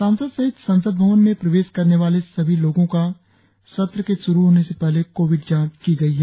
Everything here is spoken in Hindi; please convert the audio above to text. सांसद सहित संसद भवन में प्रवेश करने वाले सभी लोगों का सत्र के श्रू होने से पहले कोविड जांच की गई है